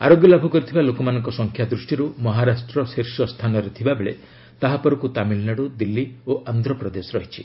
ଆରୋଗ୍ୟ ଲାଭ କରିଥିବା ଲୋକମାନଙ୍କ ସଂଖ୍ୟା ଦୃଷ୍ଟିର୍ ମହାରାଷ୍ଟ ଶୀର୍ଷ ସ୍ଥାନରେ ଥିବା ବେଳେ ତାହା ପରକୁ ତାମିଲନାଡ଼ୁ ଦିଲ୍ଲୀ ଓ ଆନ୍ଧ୍ରପ୍ରଦେଶ ରହିଛି